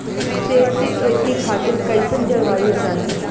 सेब के खेती खातिर कइसन जलवायु चाही?